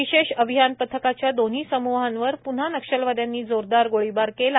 विशेष अभियान पथकाच्या दोन्ही सम्हांवर प्न्हा नक्षलवादयांनी जोरदार गोळीबार केला